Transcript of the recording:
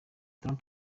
trump